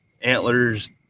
antlers